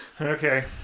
Okay